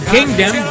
Kingdom